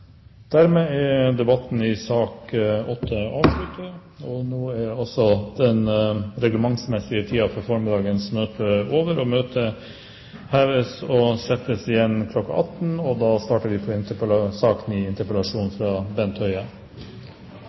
Dermed er debatten i sak nr. 8 avsluttet. Nå er også den reglementsmessige tiden for formiddagsmøtet over. Møtet heves, og kveldsmøtet settes kl. 18.